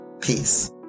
Peace